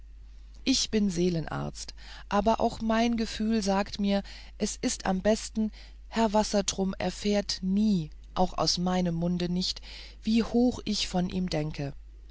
ich bin seelenarzt aber auch mein gefühl sagt mir es ist am besten herr wassertrum erfährt nie auch aus meinem munde nicht wie hoch ich von ihm denke